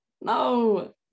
No